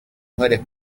mujeres